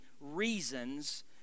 reasons